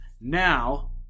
Now